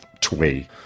twee